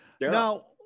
now